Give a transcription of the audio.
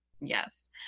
yes